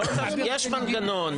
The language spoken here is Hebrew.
יש מנגנון.